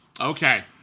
Okay